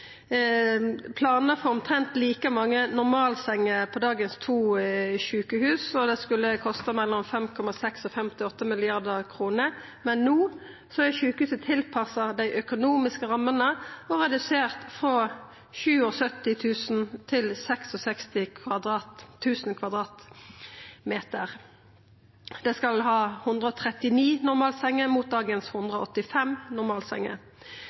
skulle kosta mellom 5,6 og 5,8 mrd. kr, men no er sjukehuset tilpassa dei økonomiske rammene og redusert frå 77 000 m 2 til 66 000 m 2 . Det skal ha 139 normalsenger, mot dagens